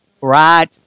right